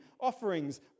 offerings